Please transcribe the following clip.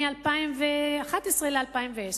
מ-2011 ל-2010.